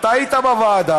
אתה היית בוועדה,